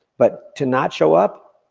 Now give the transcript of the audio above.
but to not show up,